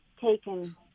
taken